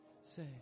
say